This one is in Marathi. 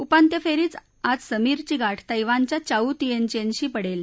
उपान्त्य फेरीत आज समीरची गाठ तैवानच्या चाउ तिएनचेनशी पडेल